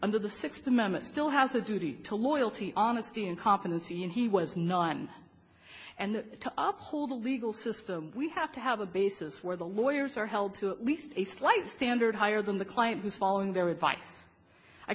under the sixth amendment still has a duty to loyalty honesty and competency and he was none and to up hold the legal system we have to have a basis where the lawyers are held to at least a slight standard higher than the client who's following their advice i